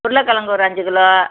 உருளைக்கெழங்கு ஒரு அஞ்சு கிலோ